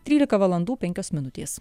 trylika valandų penkios minutės